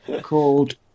called